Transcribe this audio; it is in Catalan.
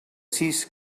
sis